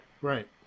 Right